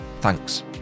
Thanks